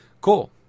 Cool